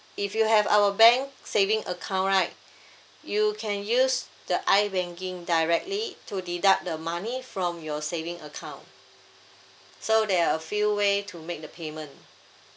if you have our bank saving account right you can use the ibanking directly to deduct the money from your saving account so there're a few way to make the payment